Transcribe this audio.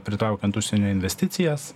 pritraukiant užsienio investicijas